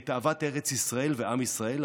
את אהבת ארץ ישראל ועם ישראל,